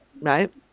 Right